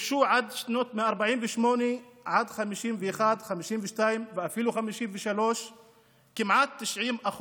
מ-1948 ועד 1952-1951 ואפילו 1953 גורשו כמעט 90%,